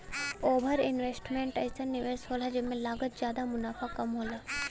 over investment अइसन निवेस होला जेमे लागत जादा मुनाफ़ा कम होला